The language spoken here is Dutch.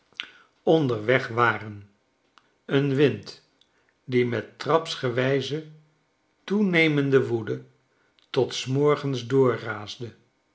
eg waren een wind die met trapsgewijze toenemende woede tot s morgens doorraasde